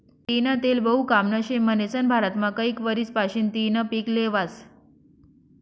तीयीनं तेल बहु कामनं शे म्हनीसन भारतमा कैक वरीस पाशीन तियीनं पिक ल्हेवास